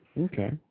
Okay